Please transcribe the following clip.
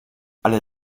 alle